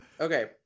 Okay